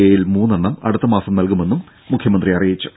എയിൽ മൂന്നെണ്ണം അടുത്ത മാസം നൽകുമെന്നും മുഖ്യമന്ത്രി അറിയിച്ചു